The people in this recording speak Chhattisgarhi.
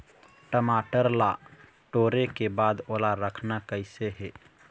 टमाटर ला टोरे के बाद ओला रखना कइसे हे?